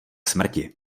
smrti